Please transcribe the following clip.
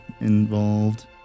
involved